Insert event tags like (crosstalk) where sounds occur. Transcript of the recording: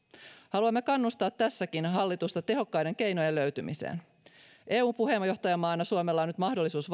haluamme kannustaa tässäkin hallitusta tehokkaiden keinojen löytymiseen eun puheenjohtajamaana suomella on nyt mahdollisuus (unintelligible)